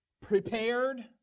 prepared